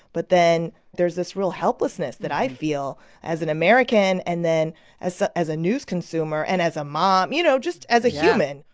but then there's this real helplessness that i feel as an american and then as so as a news consumer and as a mom, you know. yeah. just as a human.